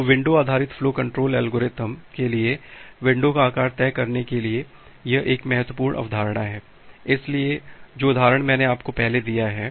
तो विंडो आधारित flow control algorithm के लिए विंडो का आकार तय करने के लिए यह एक महत्वपूर्ण अवधारणा है इसलिए जो उदाहरण मैंने आपको पहले दिया है